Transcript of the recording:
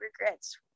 regrets